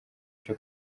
cyo